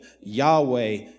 Yahweh